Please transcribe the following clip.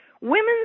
women